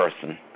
person